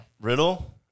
Riddle